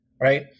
right